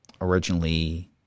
originally